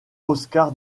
oscar